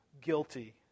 Guilty